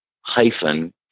hyphen